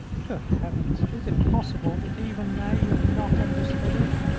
good heavens! is it possible that even now you have not understood it?